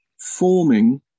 forming